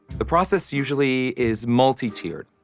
the process usually is multi-tiered.